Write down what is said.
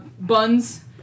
buns